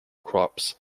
crops